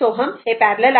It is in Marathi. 6 Ω हे पॅरलल आहेत